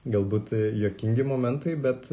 galbūt juokingi momentai bet